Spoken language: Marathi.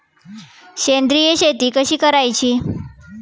सेंद्रिय शेती कशी करायची?